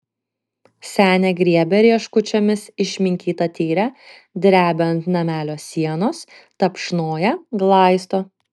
senė griebia rieškučiomis išminkytą tyrę drebia ant namelio sienos tapšnoja glaisto